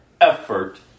effort